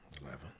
Eleven